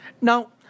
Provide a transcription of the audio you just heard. now